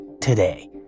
Today